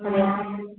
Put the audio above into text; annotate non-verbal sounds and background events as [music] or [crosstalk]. [unintelligible]